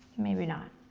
maybe not.